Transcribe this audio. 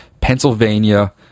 Pennsylvania